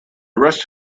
rest